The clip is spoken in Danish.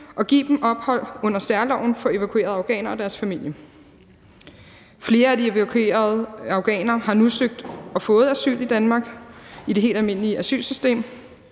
og give dem ophold under særloven for evakuerede afghanere og deres familie. Flere af de evakuerede afghanere har nu søgt og fået asyl i Danmark i det helt almindelige asylsystem,